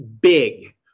big